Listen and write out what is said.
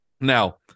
Now